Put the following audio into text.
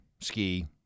Ski